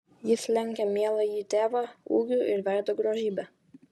jis lenkia mieląjį tėvą ūgiu ir veido grožybe